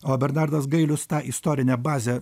o bernardas gailius tą istorinę bazę